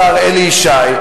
השר אלי ישי,